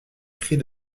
prix